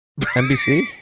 NBC